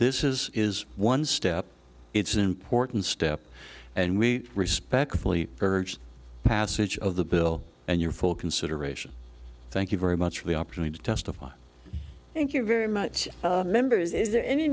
this is is one step it's an important step and we respectfully urge passage of the bill and your full consideration thank you very much for the opportunity to testify thank you very much members is there any